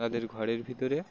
তাদের ঘরের ভিতরে